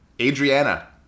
Adriana